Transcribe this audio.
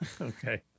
Okay